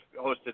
hosted